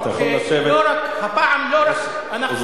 הפעם לא רק, חבר הכנסת אורבך, אתה יכול לשבת.